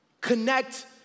connect